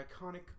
iconic